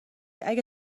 اگه